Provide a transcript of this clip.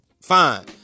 Fine